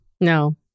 No